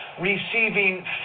receiving